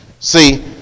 See